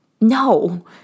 No